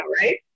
right